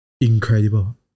incredible